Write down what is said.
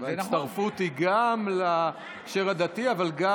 וההצטרפות היא גם לשם הדתי אבל גם